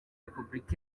repubulika